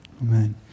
Amen